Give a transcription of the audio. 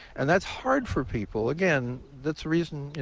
and that's hard for people. again, that's a reason.